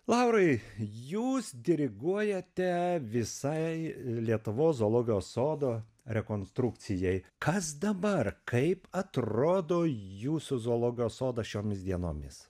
laurai jūs diriguojate visai lietuvos zoologijos sodo rekonstrukcijai kas dabar kaip atrodo jūsų zoologijos sodas šiomis dienomis